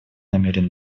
намерен